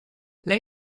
lei